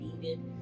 needed